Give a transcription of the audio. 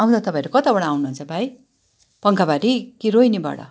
आउँदा तपाईँहरू कताबाट आउनुहुन्छ भाइ पङ्खाबारी कि रोहिणीबाट